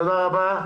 תודה רבה.